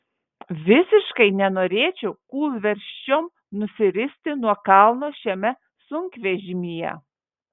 visiškai nenorėčiau kūlversčiom nusiristi nuo kalno šiame sunkvežimyje